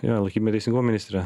jo laikykim reisingumo ministre